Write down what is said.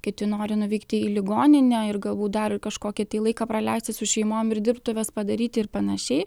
kiti nori nuvykti į ligoninę ir galbūt dar kažkokį laiką praleisti su šeimom ir dirbtuves padaryti ir panašiai